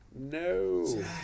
No